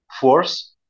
force